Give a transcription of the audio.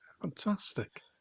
Fantastic